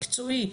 מקצועי,